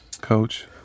coach